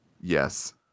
Yes